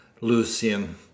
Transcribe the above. Lucian